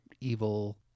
evil